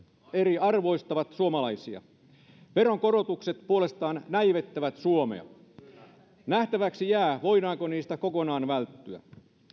eriarvoistavat suomalaisia veronkorotukset puolestaan näivettävät suomea nähtäväksi jää voidaanko niiltä kokonaan välttyä